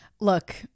Look